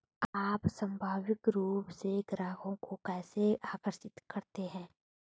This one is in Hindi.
आप स्वाभाविक रूप से ग्राहकों को कैसे आकर्षित करते हैं?